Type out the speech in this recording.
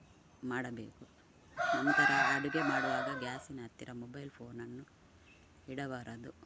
ಮಾಡಬೇಕು ನಂತರ ಅಡುಗೆ ಮಾಡುವಾಗ ಗ್ಯಾಸಿನ ಹತ್ತಿರ ಮೊಬೈಲ್ ಫೋನನ್ನು ಇಡಬಾರದು